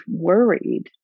worried